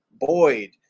Boyd